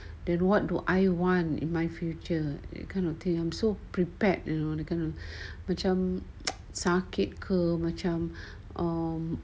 then what do I want in my future that kind of thing so prepared you know they're gonna macam sakit ke macam um